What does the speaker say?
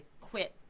quit